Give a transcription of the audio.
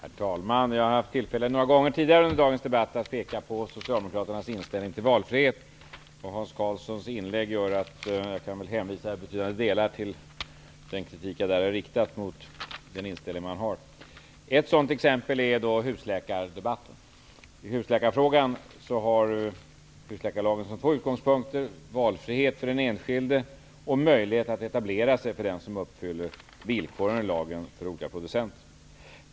Herr talman! Jag har några gånger tidigare under dagens debatt haft tillfälle att peka på Socialdemokraternas inställning till valfrihet, och beträffande Hans Karlssons inlägg kan jag i betydande delar hänvisa till den kritik jag tidigare har riktat mot andra socialdemokratiska debattörer. Ett sådant exempel är husläkardebatten. Husläkarlagen har som två utgångspunkter valfrihet för den enskilde och möjlighet att etablera sig för den som uppfyller lagens villkor för olika producenter.